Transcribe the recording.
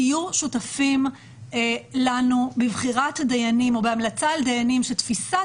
תהיו שותפים לנו בבחירת דיינים או בהמלצה על דיינים שתפיסת